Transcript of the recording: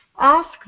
ask